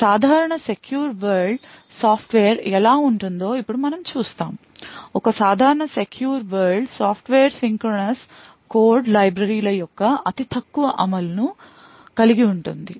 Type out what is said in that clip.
ఒక సాధారణ secure world software ఎలా ఉంటుందో ఇప్పుడు మనం చూస్తాము ఒక సాధారణ secure world software synchronous code library ల యొక్క అతి తక్కువ అమలు లను కలిగి ఉంటుంది